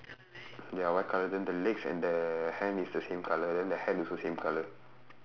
ya white colour then the legs and the hand is the same colour then the hat also same colour